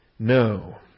No